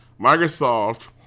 Microsoft